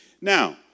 Now